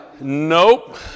Nope